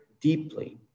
deeply